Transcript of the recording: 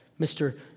Mr